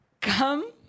come